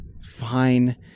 fine